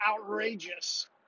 outrageous